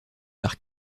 par